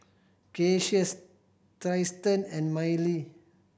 Cassius Tristen and Mylie